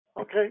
okay